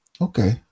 Okay